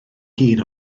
hun